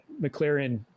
mclaren